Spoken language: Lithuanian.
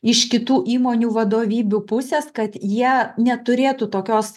iš kitų įmonių vadovybių pusės kad jie neturėtų tokios